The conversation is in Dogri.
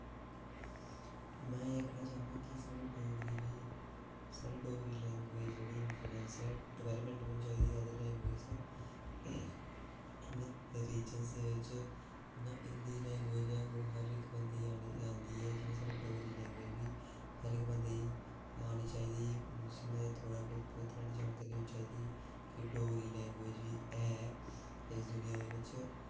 में एह् आक्खना चाह्नां की साढ़ी डोगरी दी साढ़ी डोगरी लैंग्वेज जेह्ड़ी इन्फूलैंस ऐ डेवेल्पमेंट होनी चाहिदी ऐ जेह्ड़ी अदर लैंग्वेज इं'या रीजस दे बिच इं'या मतलब हिंदी लैंग्वेज ऐ ओह् हर इक बंदे आंदी ऐ जि'यां साढ़ी डोगरी लैंग्वेज बी हर इक बंदे ई आनी चाहिदी ते थोह्ड़ा बोह्त एह्दी जानकारी होनी चाहिदी की डोगरी लैंग्वेज बी ऐ इस दूनियां दे बिच